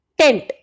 tent